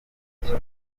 urebye